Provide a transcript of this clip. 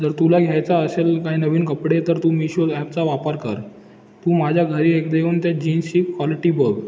जर तुला घ्यायचा असेल काही नवीन कपडे तर तू मिशो ॲपचा वापर कर तू माझ्या घरी एकदा येऊन त्या जीन्सची क्वालिटी बघ